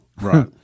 Right